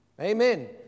Amen